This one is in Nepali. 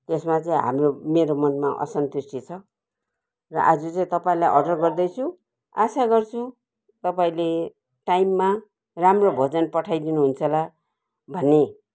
त्यसमा चाहिँ हाम्रो मेरो मनमा असन्तुष्टि छ र आज चाहिँ तपाईँलाई अर्डर गर्दैछु आसा गर्छु तपाईँले टाइममा राम्रो भोजन पठाइदिनुहुन्छ होला भन्ने